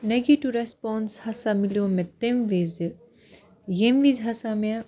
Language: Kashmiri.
نگیٹِو ریٚسپوٛانٕس ہسا مِلیٛو مےٚ تَمہِ وِزِۍ ییٚمہِ وِزِۍ ہسا مےٚ